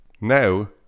Now